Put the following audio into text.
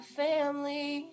family